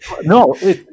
No